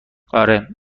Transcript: آره